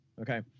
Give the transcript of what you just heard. okay